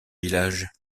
village